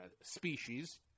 species